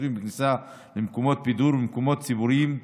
בשירותים ובכניסה למקומות בידור ולמקומות ציבוריים,